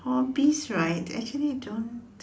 hobbies right actually don't